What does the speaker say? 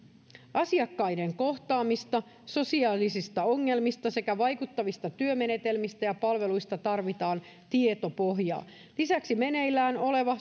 asiakkaiden kohtaamista sosiaalisista ongelmista sekä vaikuttavista työmenetelmistä ja palveluista tarvitaan tietopohjaa lisäksi meneillään oleva